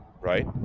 right